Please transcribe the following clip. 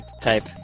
type